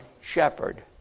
shepherd